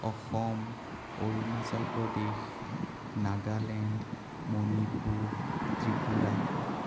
Assam Arunachal Pradesh Nagaland Manipur Tripura